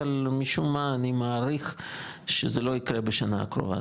אבל משום מה אני מעריך שזה לא ייקרה בשנה הקרובה,